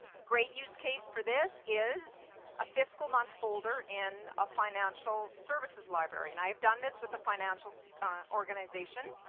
great use case for this is a fiscal month folder in a financial services library. i've done this with a financial organization.